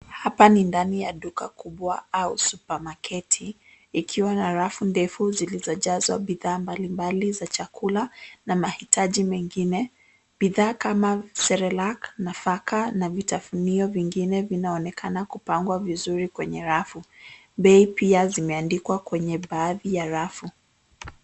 Hapa ni ndani ya duka kubwa au supamaketi ikiwa na rafu ndefu zilizojazwa bidhaa mbalimbali za chakula na mahitaji mengine. Bidhaa kama cerelac, nafaka na vitafunio vingine vinaonekana kupangwa vizuri kwenye rafu. Bei pia zimeandikwa kwenye baadhi ya rafu.